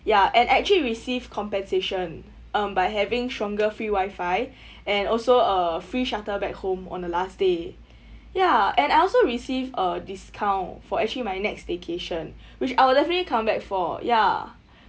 ya and actually received compensation um by having stronger free wifi and also uh free shuttle back home on the last day ya and I also received a discount for actually my next vacation which I will definitely come back for ya